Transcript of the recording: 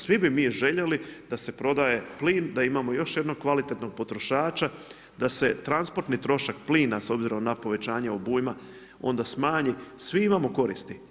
Svi bi mi željeli da se prodaje plin da imamo još jednog kvalitetnog potrošača, da se transportni trošak plina s obzirom na povećanje obujma onda smanji svi imamo koristi.